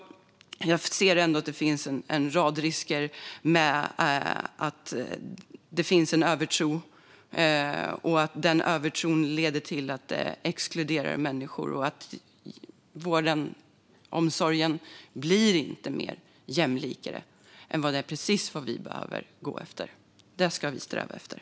Jag ser ändå att det finns en rad risker med en övertro som leder till att människor exkluderas. Vi ska i stället sträva efter att vården och omsorgen blir mer jämlik.